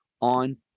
on